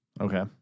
Okay